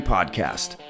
Podcast